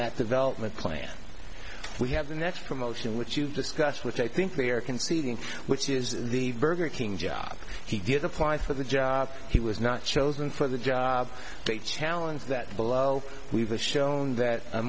that development plan we have the next promotion which you've discussed which i think they are conceding which is the burger king job he did apply for the job he was not chosen for the job a challenge that below we've shown that